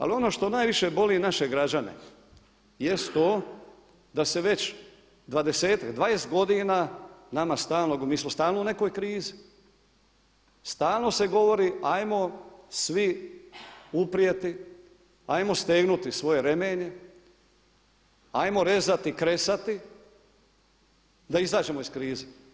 Ali ono što najviše boli naše građane jest to da se već 20 godina nama stalno, mi smo stalno u nekoj krizi, stalno se govori ajmo svi uprijeti, ajmo stegnuti svoje remenje, ajmo rezati, kresati da izađemo iz krize.